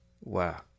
Wow